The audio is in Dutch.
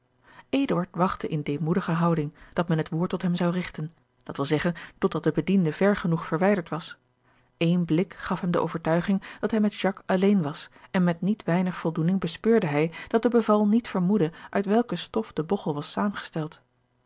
wachtte in demoedige houding dat men het woord tot hem zou rigten dat wil zeggen tot dat de bediende ver genoeg verwijderd was één blik gaf hem de overtuiging dat hij met jacques alleen was en met niet weinig voldoening bespeurde hij dat de beval niet vermoedde uit welke stof de bogchel was